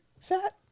fat